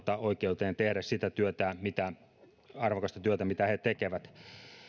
oikeuteen tehdä sitä arvokasta työtä mitä he tekevät